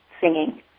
singing